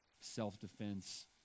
self-defense